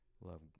love